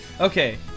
Okay